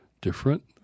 different